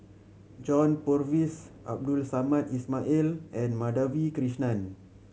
John Purvis Abdul Samad Ismail and Madhavi Krishnan